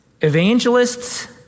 evangelists